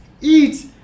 eat